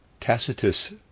Tacitus